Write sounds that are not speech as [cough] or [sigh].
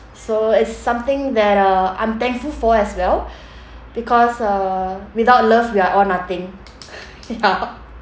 so it's something that uh I'm thankful for as well because uh without love we're all nothing ya [laughs]